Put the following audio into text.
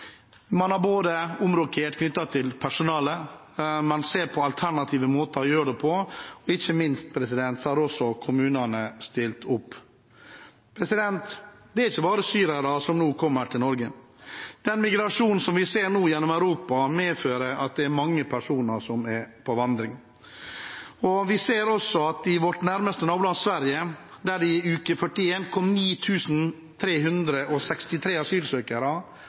Man har omrokert personale, man ser på alternative måter å gjøre det på, og ikke minst har også kommunene stilt opp. Det er ikke bare syrere som nå kommer til Norge. Den migrasjonen som vi ser nå gjennom Europa, medfører at det er mange personer som er på vandring. Vi ser også at det i vårt nærmeste naboland, Sverige, kom 9 363 asylsøkere i uke